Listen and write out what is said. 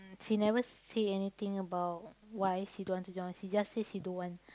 she never say anything about why she don't want to join she just say she don't want